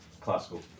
classical